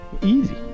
Easy